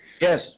yes